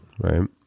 right